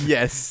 Yes